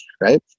right